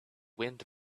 wind